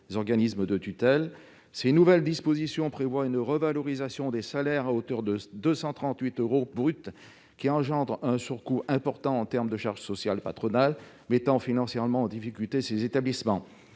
Ces nouvelles dispositions prévoient une revalorisation des salaires à hauteur de 238 euros bruts par mois, qui entraîne un surcoût important en termes de charges sociales patronales, ce qui met en difficulté financière ces établissements.